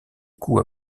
coups